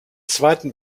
zweiten